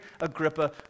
Agrippa